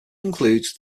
concludes